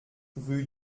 rue